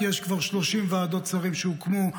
כי יש כבר 30 ועדות שרים שהוקמו,